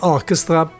Orchestra